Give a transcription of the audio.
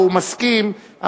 והוא מסכים,